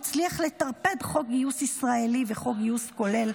הצליח לטרפד חוק גיוס ישראלי או חוק גיוס כולל,